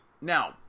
now